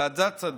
ועדת צדוק,